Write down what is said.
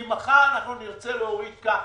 כי מחר אנחנו נרצה להוריד כך,